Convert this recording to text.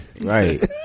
right